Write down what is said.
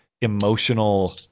emotional